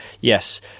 yes